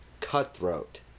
cutthroat